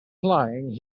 flying